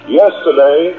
yesterday